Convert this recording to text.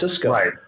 Francisco